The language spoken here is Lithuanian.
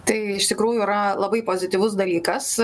tai iš tikrųjų yra labai pozityvus dalykas